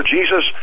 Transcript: Jesus